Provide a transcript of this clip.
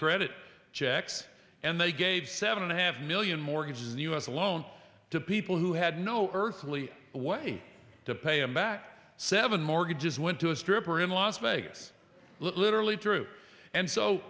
credit checks and they gave seven and a half million mortgages in the u s alone to people who had no earthly way to pay him back seven mortgages went to a stripper in las vegas literally true and so